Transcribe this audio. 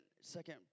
second